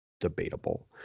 Debatable